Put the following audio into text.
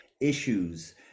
issues